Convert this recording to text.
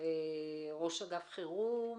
ראש אגף חירום